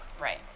right